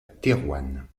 thérouanne